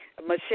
Michelle